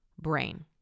brain